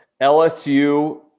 LSU